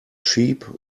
sheep